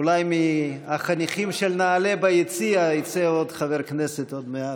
אולי מהחניכים של נעל"ה ביציע יצא עוד חבר כנסת עוד מעט.